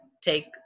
take